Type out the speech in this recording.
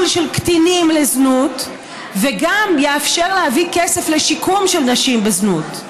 של קטינים לזנות וגם יאפשר להביא כסף לשיקום של נשים בזנות.